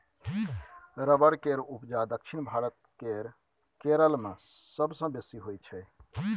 rubber केर उपजा दक्षिण भारत केर केरल मे सबसँ बेसी होइ छै